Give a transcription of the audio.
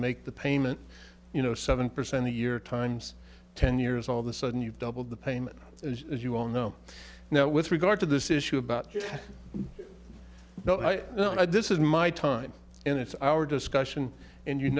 make the payment you know seven percent a year times ten years all of the sudden you've doubled the payments as you well know now with regard to this issue about yours no i know this is my time and it's our discussion and you